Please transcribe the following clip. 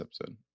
episode